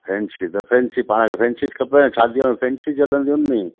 French जी त फ्रेंच पाण खे फ्रेंच ई ज खपेनि शादीअ में फ्रेंच ई ज हलंदियूं नी